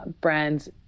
brands